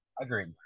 Agreed